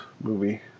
movie